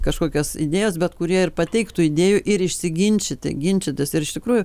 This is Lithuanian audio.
kažkokios idėjos bet kurie ir pateiktų idėjų ir išsiginčyti ginčytis ir iš tikrųjų